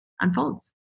unfolds